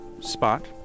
spot